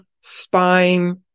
spine